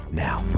now